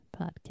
podcast